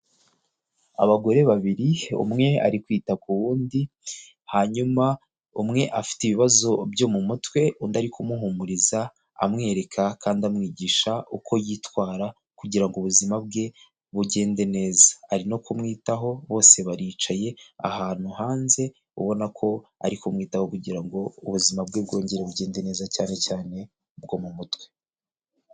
Abagore babiri umwe ari kwita ku wundi, hanyuma umwe afite ibibazo byo mu mutwe, undi ari kumuhumuriza amwereka kandi amwigisha uko yitwara kugira ngo ubuzima bwe bugende neza. Ari no kumwitaho bose baricaye ahantu hanze ubona ko ari kumwitaho kugira ngo ubuzima bwe bwongere bugende neza cyane cyane bwo mu mutwe.